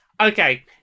Okay